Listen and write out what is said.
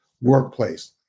workplace